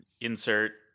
Insert